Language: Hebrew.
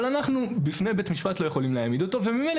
אבל אנחנו לא יכולים להעמיד אותו בפני בית משפט וממילא